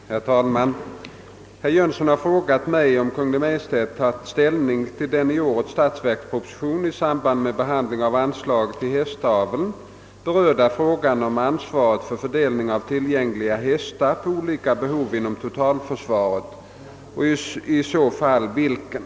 Herr talman! Herr Jönsson i Ingemarsgården har frågat mig om Kungl. Maj:t tagit ställning till den i årets statsverksproposition i samband med behandlingen av anslaget till hästaveln berörda frågan om ansvaret för fördelningen av tillgängliga hästar på olika behov inom totalförsvaret och i så fall vilken.